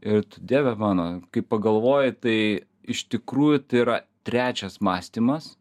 ir tu dieve mano kai pagalvoji tai iš tikrųjų tai yra trečias mąstymas